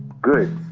good.